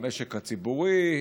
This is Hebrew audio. במשק הציבורי,